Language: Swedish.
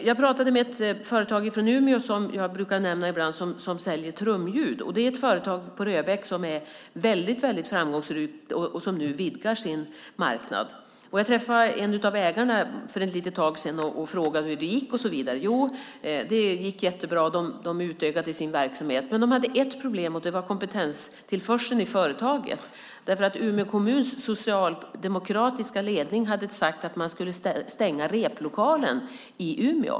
Jag pratade med ett företag från Umeå, som jag brukar nämna ibland, som säljer trumljud. Det är ett företag i Röbäck som är väldigt framgångsrikt och som nu vidgar sin marknad. Jag träffade en av ägarna för ett litet tag sedan och frågade hur det gick. Det gick jättebra och de utökade sin verksamhet, men de hade ett problem. Det var kompetenstillförseln i företaget. Umeå kommuns socialdemokratiska ledning hade sagt att man skulle stänga replokalen i Umeå.